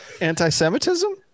anti-semitism